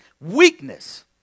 weakness